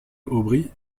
aubry